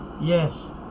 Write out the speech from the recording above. Yes